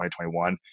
2021